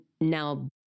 Now